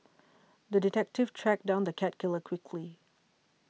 the detective tracked down the cat killer quickly